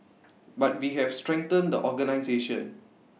but we have strengthened the organisation